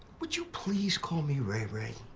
would you please call me ray ray?